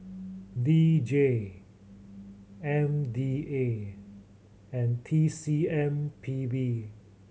D J M D A and T C M P B